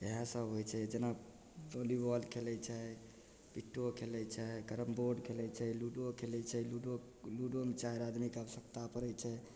इएह सब होइ छै जेना वॉलीबॉल खेलय छै पिट्टो खेलय छै कैरमबोर्ड खेलय छै लूडो खेलय छै लूडो लूडोमे चारि आदमीके आवश्यकता पड़य छै